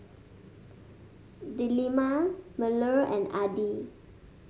Delima Melur and Adi